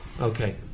Okay